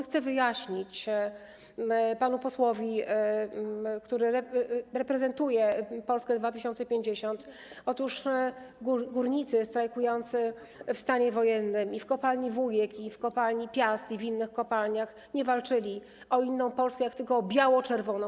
Chcę wyjaśnić panu posłowi, który reprezentuje Polskę 2050, że górnicy strajkujący w stanie wojennym - i w kopalni Wujek, i w kopalni Piast, i w innych kopalniach - nie walczyli o inną Polskę, jak tylko o biało-czerwoną.